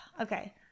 okay